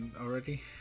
already